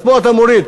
אז פה אתה מוריד.